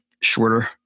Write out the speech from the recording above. shorter